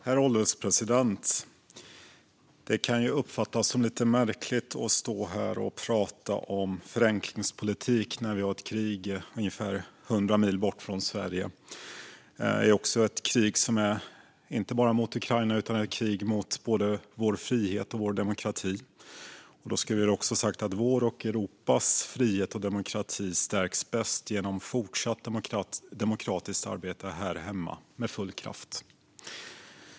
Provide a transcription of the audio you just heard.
Herr ålderspresident! Det kan uppfattas som lite märkligt att stå här och prata om förenklingspolitik när vi har ett krig ungefär hundra mil bort från Sverige, ett krig som inte bara förs mot Ukraina utan också mot vår frihet och vår demokrati. Då vill jag dock säga att vår och Europas frihet och demokrati bäst stärks genom fortsatt demokratiskt arbete här hemma, med full kraft.